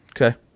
Okay